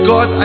God